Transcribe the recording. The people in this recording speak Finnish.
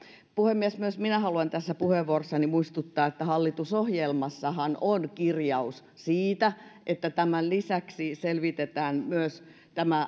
puhemies myös minä haluan tässä puheenvuorossani muistuttaa että hallitusohjelmassahan on kirjaus siitä että tämän lisäksi selvitetään